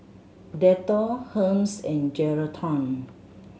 Dettol Hermes and Geraldton